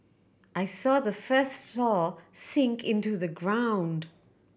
I saw the first floor sink into the ground